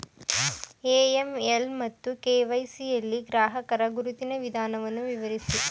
AML ಮತ್ತು KYC ಯಲ್ಲಿ ಗ್ರಾಹಕರ ಗುರುತಿನ ವಿಧಾನವನ್ನು ವಿವರಿಸಿ?